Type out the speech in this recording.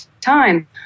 time